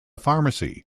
pharmacy